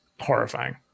horrifying